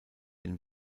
den